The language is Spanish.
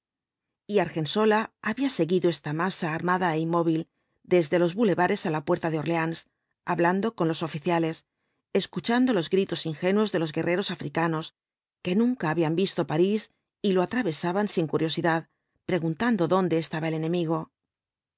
y argensola había seguido esta masa armada é inmóvil desde los bulevares á la puerta de orleáns hablando con los oficiales escuchando los gritos ingenuos de los guerreros africanos que nunca habían visto parís y lo atravesaban sin curiosidad preguntando dónde estaba el enemigo